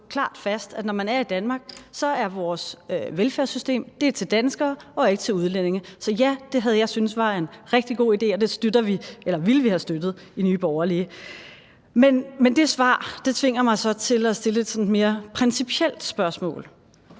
klart fast, at når man er i Danmark, er vores velfærdssystem til danskere og ikke til udlændinge. Så ja, det havde jeg syntes var en rigtig god idé, og det ville vi have støttet i Nye Borgerlige. Men det svar tvinger mig så til at stille et mere principielt spørgsmål.